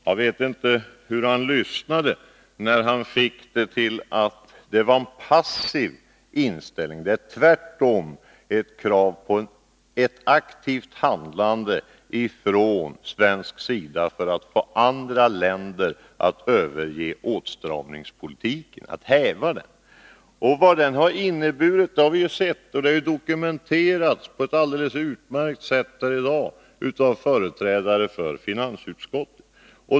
Jag vet inte hur han lyssnade när han fick det till att gälla en passiv inställning. Det är tvärtom ett krav på ett aktivt handlande från svensk sida för att få andra länder att häva åtstramningspolitiken. Vad denna har inneburit har vi sett, och det har dokumenterats på ett alldeles utmärkt sätt i dag av företrädare för finansutskottet.